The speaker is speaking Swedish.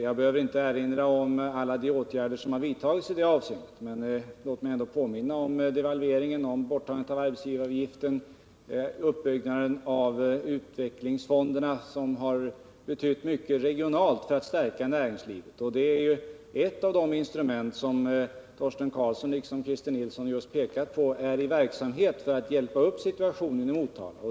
Jag behöver inte erinra om alla de åtgärder som har vidtagits i det avseendet, men låt mig ändå påminna om devalveringen, borttagandet av arbetsgivaravgiften och uppbyggnaden av utvecklingsfonderna, som har betytt mycket regionalt för att stärka näringslivet. Det är ju ett av de instrument som — detta har Torsten Karlsson liksom Christer Nilsson just pekat på — är verksamma för att hjälpa upp situationen i Motala.